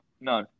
No